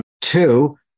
two